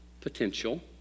potential